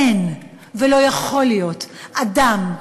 אין ולא יכול להיות אדם,